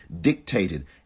dictated